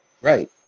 right